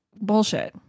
bullshit